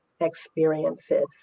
experiences